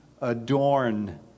adorn